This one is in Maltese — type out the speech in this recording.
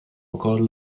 ukoll